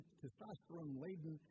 testosterone-laden